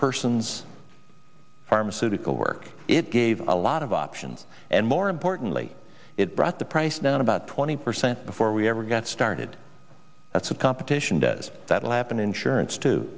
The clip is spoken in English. person's pharmaceutical work it gave a lot of options and more importantly it brought the price down about twenty percent before we ever got started that's what competition does that will happen insurance too